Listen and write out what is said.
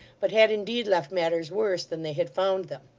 but had indeed left matters worse than they had found them.